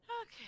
Okay